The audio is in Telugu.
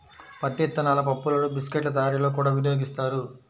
పత్తి విత్తనాల పప్పులను బిస్కెట్ల తయారీలో కూడా వినియోగిస్తారు